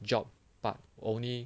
job but only